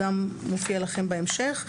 גם מופיע לכם בהמשך.